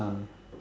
ah